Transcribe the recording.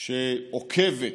עוקבת